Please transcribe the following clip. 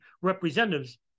representatives